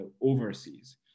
overseas